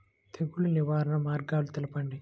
తెగులు నివారణ మార్గాలు తెలపండి?